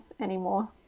anymore